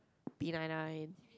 B nine nine